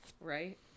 Right